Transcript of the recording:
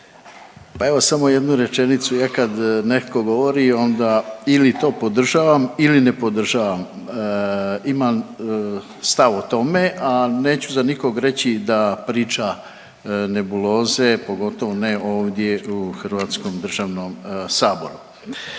Pa evo samo jednu rečenicu. Ja kad netko govori onda ili to podržavam ili ne podržavam. Imam stav o tome, a neću nikog reći da priča nebuloze, pogotovo ne ovdje u hrvatskom državnom Saboru.